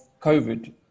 covid